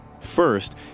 First